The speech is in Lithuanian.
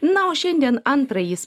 na o šiandien antrąjį